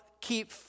keep